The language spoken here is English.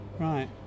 Right